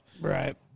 Right